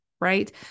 right